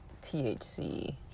THC